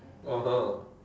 (uh huh)